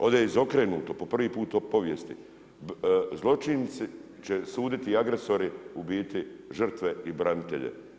Ovdje je izokrenuto, po prvi put u povijesti, zločinci će suditi, agresori u biti, žrtve i branitelje.